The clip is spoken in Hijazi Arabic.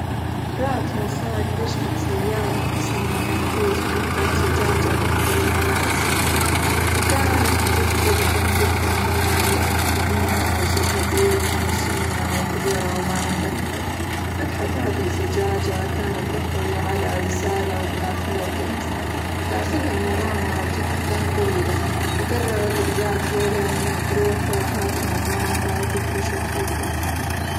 ذات مساء اكتشفت صيادة مسنة، وعجوز مرة زجاجة تحتوي على رسالة، وكانت -جد- جدًا جدًا ماله لإنها -عز- عجوز مسنة، وكبيرة، وما عندها أحد، فتحت هذه الزجاجة كانت تحتوي على رسالة، وبداخلها كنز ، وبداخلها مغامرة جدًا طويلة، فقررت بذات ليلة إنها تروح ورا هذه المغامرة وتكتشف الكنز.